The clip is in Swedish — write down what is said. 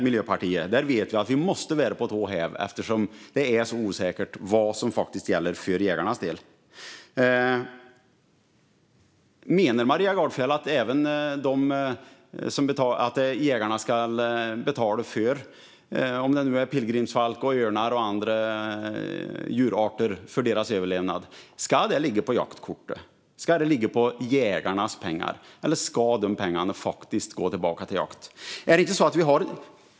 Och vi vet att med en sådan regering måste vi vara på tårna eftersom det är så osäkert vad som faktiskt gäller för jägarnas del. Menar Maria Gardfjell att jägarna ska betala även för pilgrimsfalk, örnar och vad det nu kan vara för djurarter och för deras överlevnad? Ska det ligga på jaktkortet? Ska det ligga på jägarnas pengar, eller ska dessa pengar gå tillbaka till jakt?